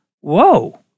Whoa